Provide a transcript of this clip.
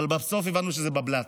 אבל בסוף הבנו שזה בבל"ת.